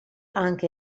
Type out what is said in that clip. anche